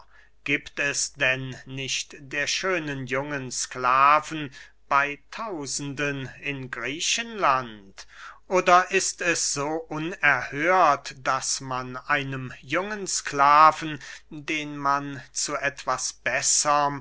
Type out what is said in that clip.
giebt es denn nicht der schönen jungen sklaven bey tausenden in griechenland oder ist es so unerhört daß man einem jungen sklaven den man zu etwas besserm